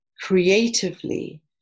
creatively